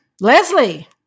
Leslie